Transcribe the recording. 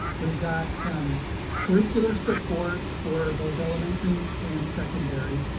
we've got um curricular support for both elementary and secondary,